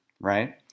right